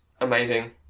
amazing